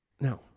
No